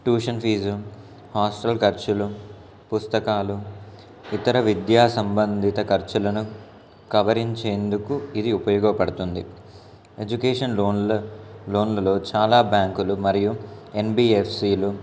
tuition fees hostel ఖర్చులు పుస్తకాలు ఇతర విద్యా సంబంధిత ఖర్చులను కవరించేందుకు ఇది ఉపయోగపడుతుంది ఎడ్యుకేషన్ లోన్ల లోన్లలో చాలా బ్యాంకులు మరియు ఎన్ బీ ఎఫ్ సీ లు